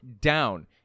down